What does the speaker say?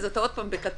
אתה עוד פעם בכתום,